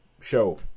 show